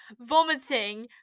vomiting